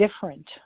different